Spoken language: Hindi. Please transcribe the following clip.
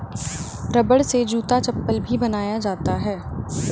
रबड़ से जूता चप्पल भी बनाया जाता है